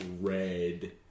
red